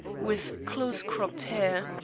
with close-cropped hair,